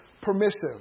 permissive